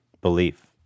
belief